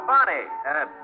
Bonnie